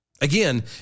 Again